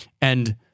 And-